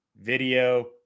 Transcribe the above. video